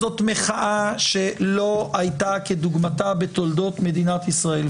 זאת מחאה שלא הייתה כדוגמתה בתולדות מדינת ישראל,